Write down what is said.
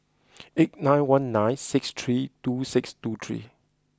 eight nine one nine six three two six two three